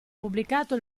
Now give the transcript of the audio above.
pubblicato